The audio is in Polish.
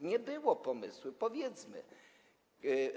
Nie było pomysłu, powiedzmy to.